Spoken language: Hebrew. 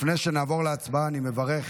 לפני שנעבור להצבעה, אני מברך,